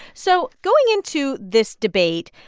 so going into this debate,